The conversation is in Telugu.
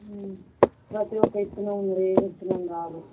ప్రతి ఒక్క విత్తనం ఉందీ ఏమి విత్తనం కాదు